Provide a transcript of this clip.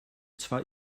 zwar